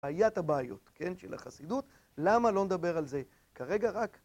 היה את הבעיות, כן, של החסידות, למה לא נדבר על זה כרגע רק